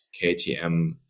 KTM